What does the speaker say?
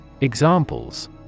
Examples